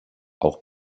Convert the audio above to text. auch